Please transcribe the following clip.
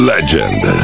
Legend